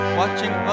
watching